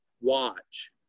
watch